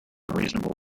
reasonable